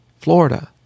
Florida